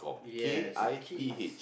yes kiss